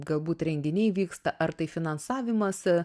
galbūt renginiai vyksta ar tai finansavimuose